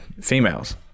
females